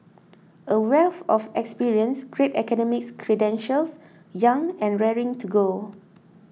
a wealth of experience great academic credentials young and raring to go